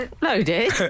Loaded